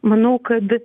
manau kad